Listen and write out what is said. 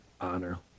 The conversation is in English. honor